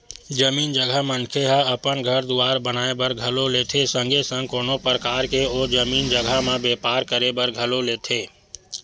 जमीन जघा मनखे ह अपन घर दुवार बनाए बर घलो लेथे संगे संग कोनो परकार के ओ जमीन जघा म बेपार करे बर घलो लेथे